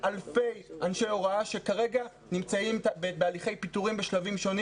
אלפי אנשי הוראה שכרגע נמצאים בשלבים שונים של הליכי פיטורים.